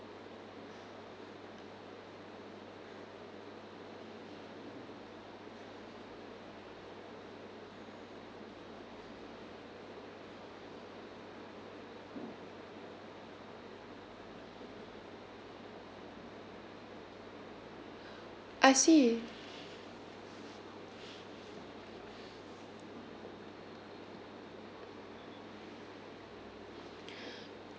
I see